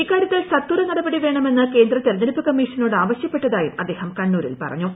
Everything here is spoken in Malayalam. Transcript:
ഇക്കാര്യത്തിൽ സത്വര നടപടി വേണമെന്ന് കേന്ദ്ര തിരഞ്ഞെടുപ്പ് കമ്മീഷനോട് ആവശ്യപ്പെട്ടതായും അദ്ദേഹം കണ്ണൂരിൽ പറഞ്ഞു